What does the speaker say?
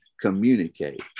communicate